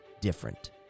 different